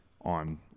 on